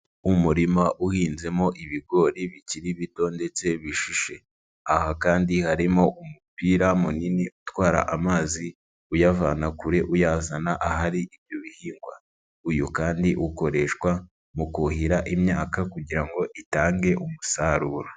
Umurima uhinzemo ibigori bikiri bito ndetse bishishe. Aha kandi harimo umupira munini utwara amazi uyavana kure uyazana ahari ibyo bihingwa. Uyu kandi ukoreshwa mu kuhira imyaka kugira ngo itange umusaruro.